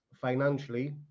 financially